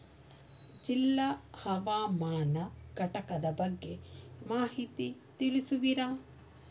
ಜಿಲ್ಲಾ ಹವಾಮಾನ ಘಟಕದ ಬಗ್ಗೆ ಮಾಹಿತಿ ತಿಳಿಸುವಿರಾ?